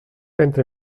entre